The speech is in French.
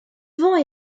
vent